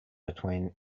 between